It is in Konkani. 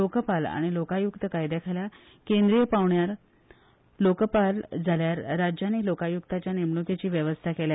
लोकपाल आनी लोकायूक्त कायद्याखाला केंद्रीय पांवड्यार लोकपाल जाल्यार राज्यानी लोकायुक्तांच्या नेमणूकेची व्यवस्था केल्या